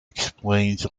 explains